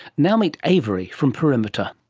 now meet avery from perimeter.